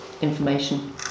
information